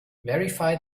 verify